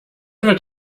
wird